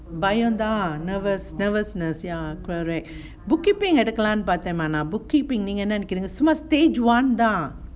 பயந்தா:bayanthaa nervous nervousness ya correct bookkeeping எடுக்கலானு பாத்தேன் சும்மா::edukkalaanu paathen summa stage one அதா::athaa